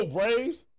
Braves